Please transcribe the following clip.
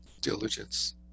diligence